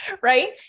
Right